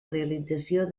realització